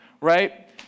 right